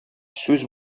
сүз